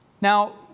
Now